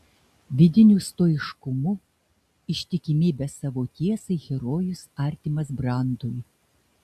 vidiniu stoiškumu ištikimybe savo tiesai herojus artimas brandui